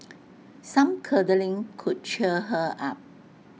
some cuddling could cheer her up